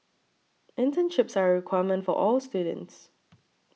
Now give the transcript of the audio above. internships are a requirement for all students